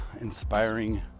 inspiring